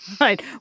Right